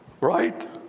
Right